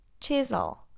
Chisel